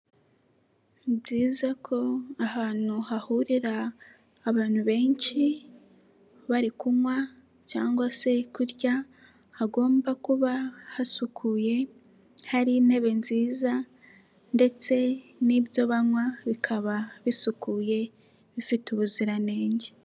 Ni byiza ko ahantu hahurira abantu benshi, bari kunywa cyangwa se kurya hagomba kuba hasukuye, hari intebe nziza ndetse n'ibyo banywa bikaba bisukuye bifite ubuziranenge.